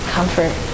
Comfort